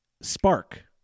spark